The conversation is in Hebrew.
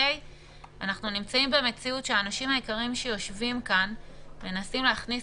אנחנו נמצאים במציאות שהאנשים היקרים שיושבים כאן מנסים להכניס